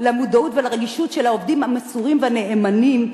למודעות ולרגישות של העובדים המסורים והנאמנים,